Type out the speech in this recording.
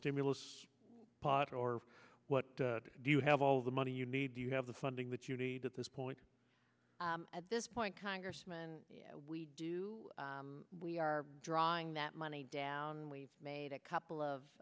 stimulus pot or what do you have all of the money you need do you have the funding that you need at this point at this point congressman we do we are drawing that money down we've made a couple of